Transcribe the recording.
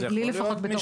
לי לפחות לא.